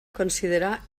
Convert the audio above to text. considerar